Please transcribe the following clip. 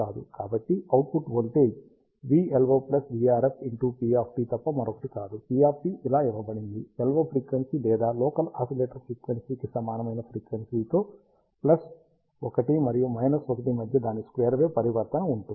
కాబట్టి output voltage vLO vRF p తప్ప మరొకటి కాదు p ఇలా ఇవ్వబడింది LO ఫ్రీక్వెన్సీ లేదా లోకల్ ఆసిలేటర్ ఫ్రీక్వెన్సీకి సమానమైన ఫ్రీక్వెన్సీతో 1 మరియు 1 మధ్య దాని స్క్వేర్ వేవ్ పరివర్తన ఉంటుంది